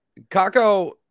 Kako